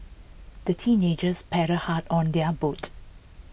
the teenagers paddled hard on their boat